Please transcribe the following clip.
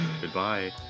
goodbye